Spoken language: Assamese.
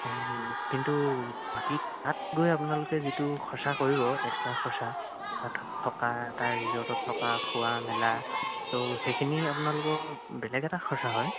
কিন্তু বাকী তাত গৈ আপোনালোকে যিটো খৰচা কৰিব এক্সট্ৰা খৰচা বা তাত থকা তাৰ ৰিজৰ্টত থকা খোৱা মেলা ত' সেইখিনি আপোনালোকৰ বেলেগ এটা খৰচা হয়